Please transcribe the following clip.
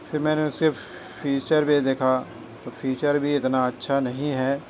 پھر میں نے اُسے فیچر پہ دیکھا تو فیچر بھی اتنا اچھا نہیں ہے